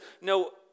no